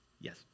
yes